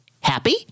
happy